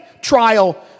trial